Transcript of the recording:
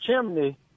chimney